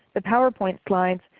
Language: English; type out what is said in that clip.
the powerpoint slides,